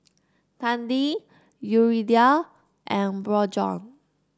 Tandy Yuridia and Bjorn